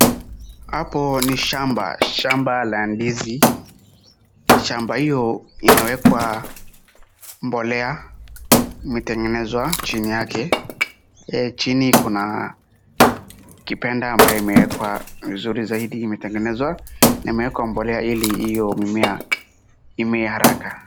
Hapo ni shamba, shamba la ndizi. Shamba hiyo inaekwa mbolea imetengenezwa chini yake. Chini kuna kipenda ambaye imeekwa vizuri zaidi imetengenezwa na imeekwa mbolea ili iyo mimea imee haraka.